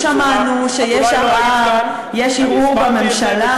אנחנו שמענו שיש ערר, יש ערעור בממשלה.